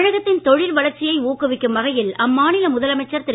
தமிழகத்தின் தொழில் வளர்ச்சியை ஊக்குவிக்கும் வகையில் அம்மாநில முதலமைச்சர் திரு